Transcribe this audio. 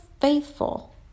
faithful